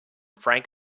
frank